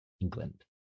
england